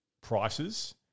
prices